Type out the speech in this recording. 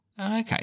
Okay